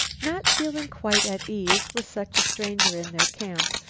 not feeling quite at ease with such a stranger in their camp,